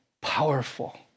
powerful